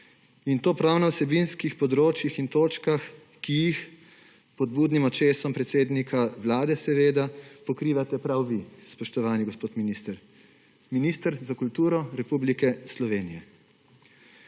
In to prav na vsebinskih področjih in točkah, ki jih pod budnim očesom predsednika Vlade seveda pokrivate prav vi, spoštovani gospod minister, minister za kulturo Republike Slovenije.